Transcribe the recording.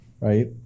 right